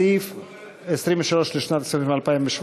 סעיף 23,